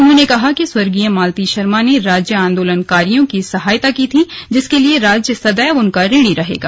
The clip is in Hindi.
उन्होंने कहा कि स्वर्गीय मालती शर्मा ने राज्य आन्दोलकारियों की सहायता की थी जिसके लिये राज्य सदैव उनका ऋणी रहेगा